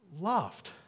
loved